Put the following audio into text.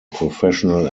professional